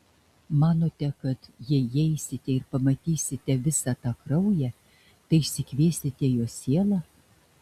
manote kad jei įeisite ir pamatysite visą tą kraują tai išsikviesite jos sielą